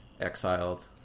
exiled